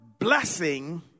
Blessing